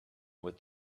what